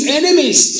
enemies